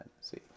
see